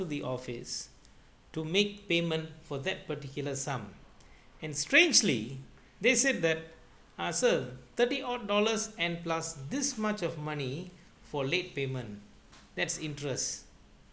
the office to make payment for that particular sum and strangely they said that uh sir thirty odd dollars and plus this much of money for late payment that's interest